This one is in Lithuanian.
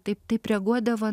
taip taip reaguodavo